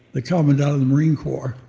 the commandant of the marine corps.